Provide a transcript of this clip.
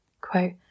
quote